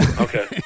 Okay